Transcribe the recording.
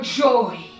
joy